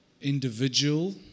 Individual